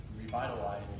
revitalize